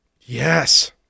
Yes